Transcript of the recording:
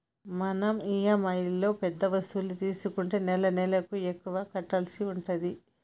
మనం ఇఎమ్ఐలో పెద్ద వస్తువు తీసుకుంటే నెలనెలకు ఎక్కువ కట్టాల్సి ఉంటది